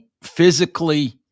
Physically